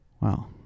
Wow